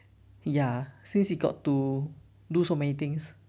ya since he got to do so many things